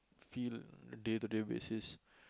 feel day to day basis